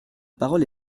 parole